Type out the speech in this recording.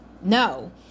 No